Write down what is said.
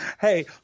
Hey